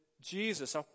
Jesus